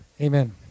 Amen